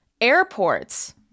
airports